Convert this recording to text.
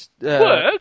Work